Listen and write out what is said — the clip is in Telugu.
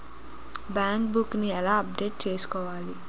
బ్యాంక్ బుక్ నీ ఎలా అప్డేట్ చేసుకోవాలి?